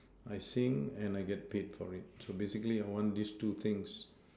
I sing and I get paid for it so basically I want this two things